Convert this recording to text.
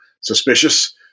suspicious